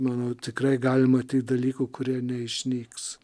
manau tikrai galima tiek dalykų kurie neišnyks